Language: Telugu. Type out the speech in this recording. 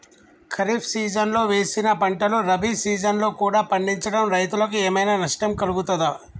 ఖరీఫ్ సీజన్లో వేసిన పంటలు రబీ సీజన్లో కూడా పండించడం రైతులకు ఏమైనా నష్టం కలుగుతదా?